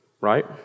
right